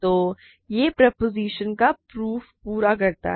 तो यह प्रोपोज़िशन का प्रूफ पूरा करता है